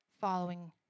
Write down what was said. following